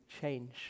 change